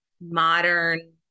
modern